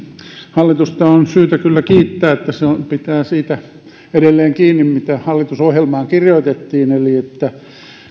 hallitusta on kyllä syytä kiittää että se pitää siitä edelleen kiinni mitä hallitusohjelmaan kirjoitettiin eli että